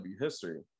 history